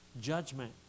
judgment